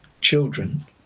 children